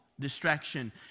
Distraction